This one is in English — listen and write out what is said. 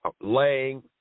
laying